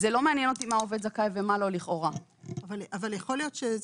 לכאורה זה לא מעניין אותי למה העובד זכאי ולמה לא.